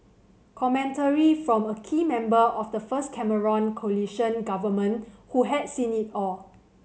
commentary from a key member of the first Cameron coalition government who had seen it all